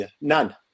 None